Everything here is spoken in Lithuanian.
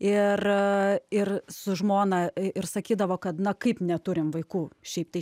ir ir su žmona ir sakydavo kad na kaip neturim vaikų šiaip tai